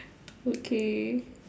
okay